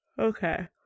Okay